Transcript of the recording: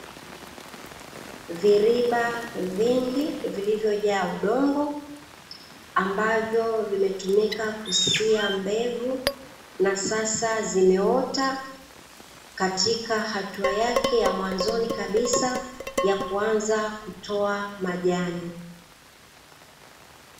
Viriba vingi vilivyojaa udongo ambavyo vimetumika kusia mbegu na sasa zimeota katika hatua yake ya mwanzoni kabisa ya kuanza kutoa majani.